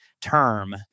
term